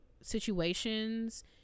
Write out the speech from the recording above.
situations